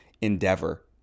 endeavor